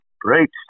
great